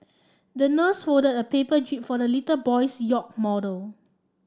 the nurse folded a paper jib for the little boy's yacht model